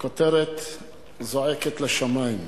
הכותרת זועקת לשמים.